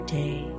day